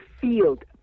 field